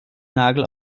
nagel